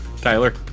Tyler